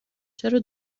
چرا